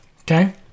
okay